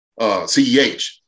CEH